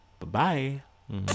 Bye-bye